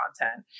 content